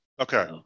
okay